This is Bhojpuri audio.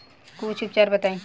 कुछ उपचार बताई?